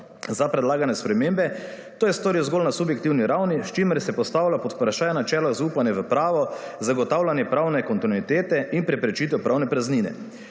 za predlagane spremembe, to je storil zgolj na subjektivni ravni, s čimer se postavlja pod vprašaj načelo zaupanja v pravo, zagotavljanje pravne kontinuitete in preprečitev pravne praznine.